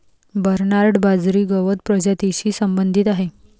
Bernard बाजरी गवत प्रजातीशी संबंधित आहे